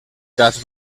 cas